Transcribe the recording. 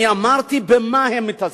אני אמרתי במה הם מתעסקים.